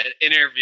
interview